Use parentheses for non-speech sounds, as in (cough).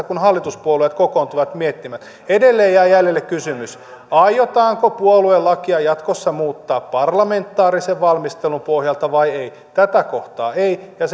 (unintelligible) kuin se että hallituspuolueet kokoontuvat miettimään edelleen jää jäljelle kysymys aiotaanko puoluelakia jatkossa muuttaa parlamentaarisen valmistelun pohjalta vai ei tätä kohtaa ei ja (unintelligible)